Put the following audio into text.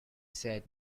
said